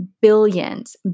billions